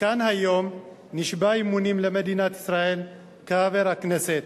כאן היום, נשבע אמונים למדינת ישראל כחבר הכנסת.